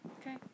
Okay